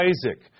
Isaac